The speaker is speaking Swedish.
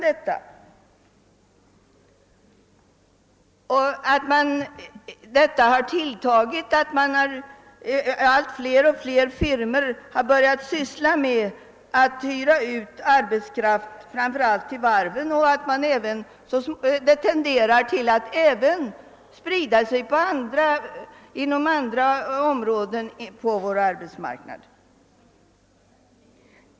Detta är den stora, allvarliga frågan. Allt fler och fler firmor har börjat syssla med att hyra ut arbetskraft, framför allt till varven, och uthyrningen tenderar att även sprida sig till andra områden på vår arbetsmarknad.